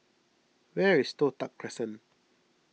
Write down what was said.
where is Toh Tuck Crescent